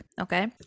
okay